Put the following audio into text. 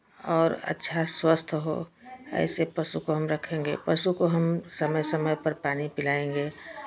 और अच्छा स्वस्थ हो ऐसे पशु को हम रखेंगे पशु को हम समय समय पर पानी पिलाएँगे